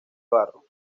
barro